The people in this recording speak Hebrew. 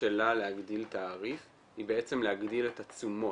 שלה להגדיל תעריף היא בעצם להגדיל את התשומות.